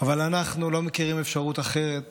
אבל אנחנו לא מכירים אפשרות אחרת